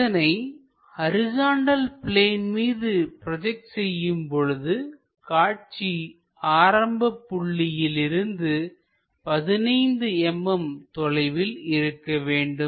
இதனை horizontal plane மீது project செய்யும்பொழுது காட்சி ஆரம்பப் புள்ளியிலிருந்து 15 mm தொலைவில் இருக்க வேண்டும்